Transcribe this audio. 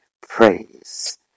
Praise